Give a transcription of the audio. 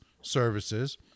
services